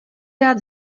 rád